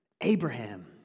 Abraham